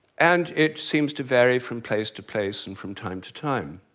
and it seems to vary from place to place and from time to time.